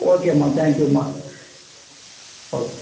ஓகேம்மா தேங்க்யூம்மா ஓகே